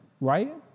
right